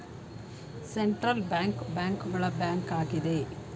central bank bank ಗಳ bank ಆಗಿದೆ